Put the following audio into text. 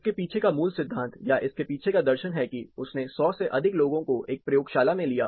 इसके पीछे का मूल सिद्धांत या इसके पीछे का दर्शन है कि उसने सौ से अधिक लोगों को एक प्रयोगशाला में लिया